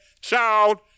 child